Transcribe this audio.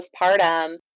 postpartum